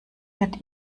wird